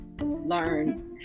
learn